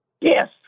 Yes